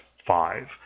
Five